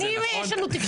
נכון.